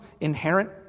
inherent